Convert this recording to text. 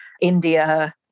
India